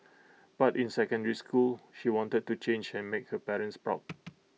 but in secondary school she wanted to change and make her parents proud